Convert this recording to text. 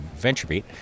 VentureBeat